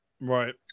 Right